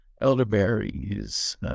elderberries